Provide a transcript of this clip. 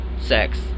sex